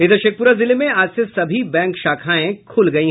इधर शेखप्रा जिले में आज से सभी बैंक शाखाएं खूल गयी